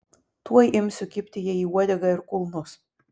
tuoj imsiu kibti jai į uodegą ir kulnus